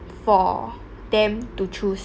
for them to choose